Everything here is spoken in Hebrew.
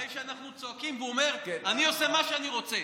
אחרי שאנחנו צועקים והוא אומר: אני עושה מה שאני רוצה.